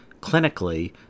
clinically